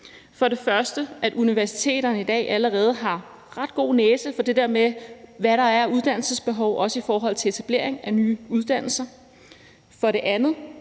For det første har universiteterne allerede i dag ret god næse for det der med, hvad der er af uddannelsesbehov, også i forhold til etablering af nye uddannelser. For det andet